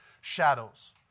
shadows